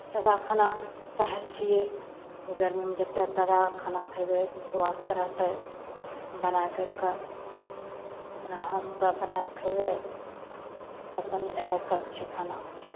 ताजा खाना चाहय छियै गरमीमे जेते ताजा खाना खेबय स्वास्थ रहतय बनाय करि कऽ अपना हाथसँ बनाय कऽ खयबय पसन्द इएह सब छै खाना